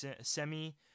Semi